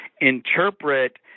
interpret